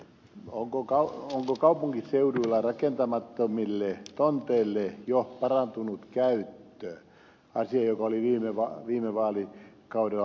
onko kaupunkiseuduilla rakentamattomille tonteille jo parantunut käyttö asia joka oli viime vaalikaudella vahvasti esillä